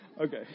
Okay